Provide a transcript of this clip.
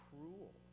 cruel